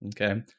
okay